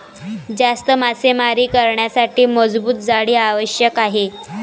जास्त मासेमारी करण्यासाठी मजबूत जाळी आवश्यक आहे